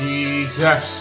Jesus